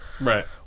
Right